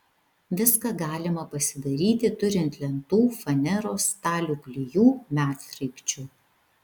viską galima pasidaryti turint lentų faneros stalių klijų medsraigčių